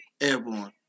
Airborne